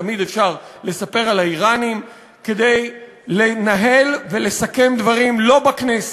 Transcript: תמיד אפשר לספר על האיראנים כדי לנהל ולסכם דברים לא בכנסת,